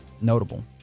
notable